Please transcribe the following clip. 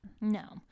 no